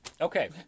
okay